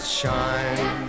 shine